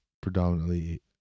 predominantly